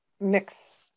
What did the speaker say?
mix